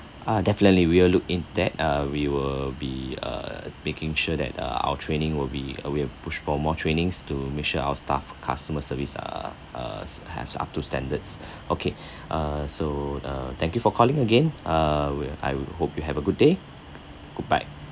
ah definitely we will look in that uh we will be uh making sure that the our training will be we will push for more trainings to make sure our staff customer service uh uh have up to standards okay uh so uh thank you for calling again uh will I hope you have a good day goodbye